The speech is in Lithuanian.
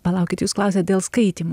palaukit jūs klausiate dėl skaitymų